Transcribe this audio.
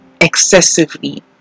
excessively